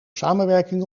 samenwerking